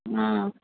ம்